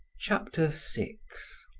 chapter six